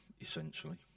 essentially